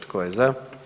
Tko je za?